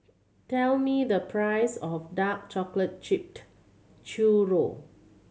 tell me the price of dark chocolate chipped churro